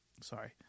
sorry